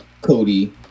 Cody